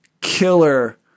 killer